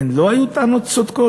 הן לא היו טענות צודקות?